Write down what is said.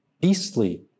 beastly